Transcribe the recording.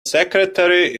secretary